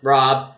Rob